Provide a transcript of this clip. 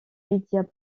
médias